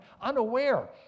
unaware